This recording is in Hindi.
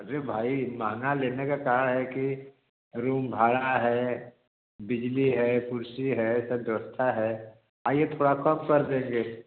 अरे भाई महँगा लेने का कारण है कि रूम भाड़ा है बिजली है कुर्सी है सब व्यवस्था है आईए थोड़ा कम कर देंगे